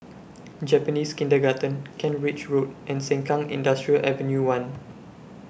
Japanese Kindergarten Kent Ridge Road and Sengkang Industrial Ave one